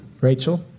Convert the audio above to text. Rachel